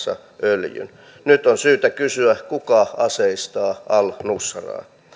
myy varastamansa öljyn nyt on syytä kysyä kuka aseistaa al nusraa